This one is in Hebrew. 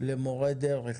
למורי דרך.